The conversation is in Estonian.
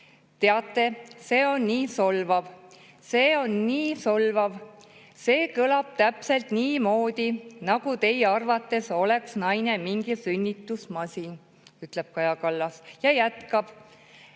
Teate, see on nii solvav, see on nii solvav. See kõlab täpselt niimoodi, nagu naine oleks teie arvates mingi sünnitusmasin," ütleb Kaja Kallas ja jätkab: